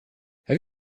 have